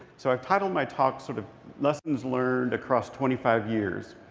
so i've titled my talk sort of lessons learned across twenty five years.